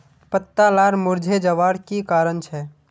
पत्ता लार मुरझे जवार की कारण छे?